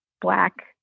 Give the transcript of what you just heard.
black